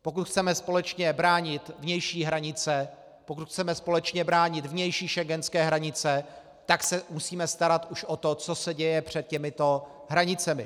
Pokud chceme společně bránit vnější hranice, pokud chceme společně bránit vnější schengenské hranice, tak se musíme starat o to, co se děje před těmito hranicemi.